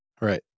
Right